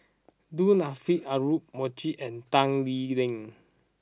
Du Nanfa Audra Morrice and Tan Lee Leng